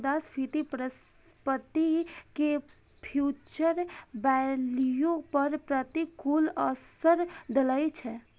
मुद्रास्फीति परिसंपत्ति के फ्यूचर वैल्यू पर प्रतिकूल असर डालै छै